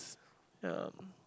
yeah